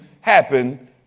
happen